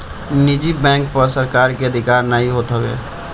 निजी बैंक पअ सरकार के अधिकार नाइ होत हवे